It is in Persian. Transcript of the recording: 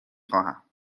خواهم